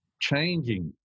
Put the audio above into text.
changing